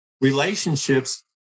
relationships